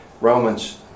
Romans